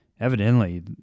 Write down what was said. evidently